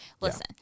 Listen